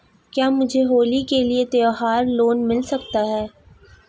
क्या मुझे होली के लिए त्यौहार लोंन मिल सकता है?